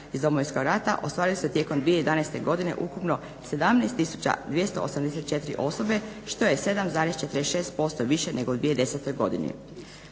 iz Domovinskog rata ostvaruje se tijekom 2011.godine ukupno 17 tisuće 284 osobe što je 7,46% više nego u 2010.godini.